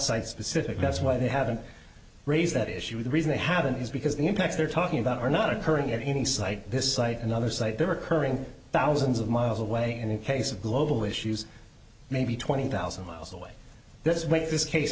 site specific that's why they haven't raised that issue the reason they haven't is because the impacts they're talking about are not occurring at any site this site another site they're occurring thousands of miles away and in case of global issues maybe twenty thousand miles away this way this case